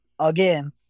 again